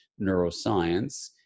neuroscience